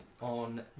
on